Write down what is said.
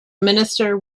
minister